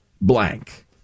blank